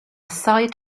sight